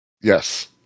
Yes